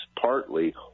partly